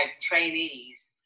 trainees